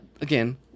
again